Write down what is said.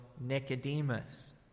Nicodemus